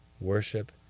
worship